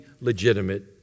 legitimate